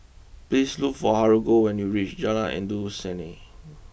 please look for Haruko when you reach Jalan Endut Senin